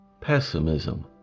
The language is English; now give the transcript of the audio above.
pessimism